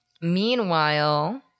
Meanwhile